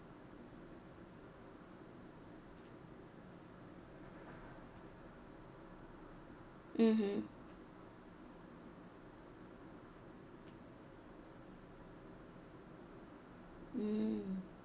mmhmm mm